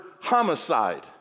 homicide